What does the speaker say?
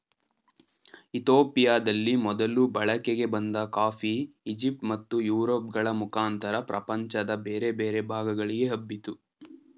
ಇತಿಯೋಪಿಯದಲ್ಲಿ ಮೊದಲು ಬಳಕೆಗೆ ಬಂದ ಕಾಫಿ ಈಜಿಪ್ಟ್ ಮತ್ತು ಯುರೋಪ್ ಗಳ ಮುಖಾಂತರ ಪ್ರಪಂಚದ ಬೇರೆ ಬೇರೆ ಭಾಗಗಳಿಗೆ ಹಬ್ಬಿತು